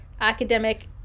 academic